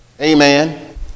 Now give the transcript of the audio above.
amen